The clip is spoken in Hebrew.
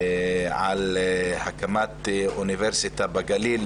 תודה רבה, ד"ר נוהאד עלי, על הסקירה המקיפה.